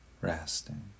resting